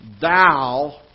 Thou